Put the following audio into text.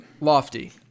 Lofty